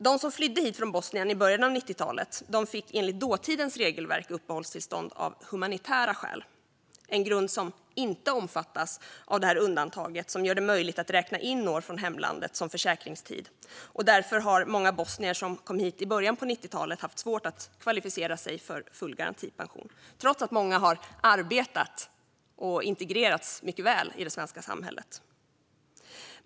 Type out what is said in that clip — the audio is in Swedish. De som flydde hit från Bosnien i början av 90-talet fick enligt dåtidens regelverk uppehållstillstånd av humanitära skäl, en grund som inte omfattas av undantaget som gör det möjligt att räkna in år från hemlandet som försäkringstid. Därför har många bosnier som kom hit i början på 90-talet haft svårt att kvalificera sig för full garantipension, trots att många har arbetat och integrerats mycket väl i det svenska samhället.